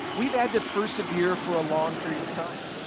we've had to persevere for a long period of time.